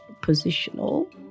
positional